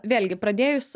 vėlgi pradėjus